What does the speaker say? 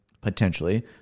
potentially